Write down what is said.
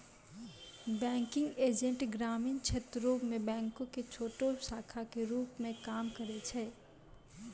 banking agent ग्रामीण क्षेत्रो मे बैंको के छोटो शाखा के रुप मे काम करै छै